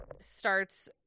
starts